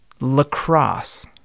lacrosse